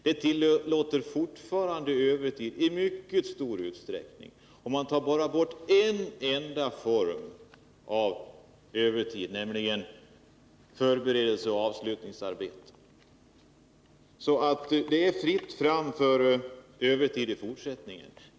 Det tillåts fortfarande övertid i mycket stor utsträckning, och man tar bara bort en enda form av övertid, nämligen sådan som gäller förberedelseoch avslutningsarbete. Det är alltså i fortsättningen fritt fram för övertid.